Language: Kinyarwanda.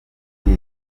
muri